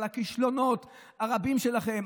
על הכישלונות הרבים שלכם,